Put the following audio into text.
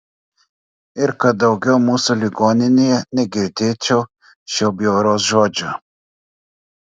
ir kad daugiau mūsų ligoninėje negirdėčiau šio bjauraus žodžio